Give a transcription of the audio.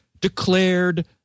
declared